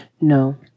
No